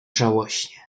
żałośnie